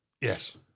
yes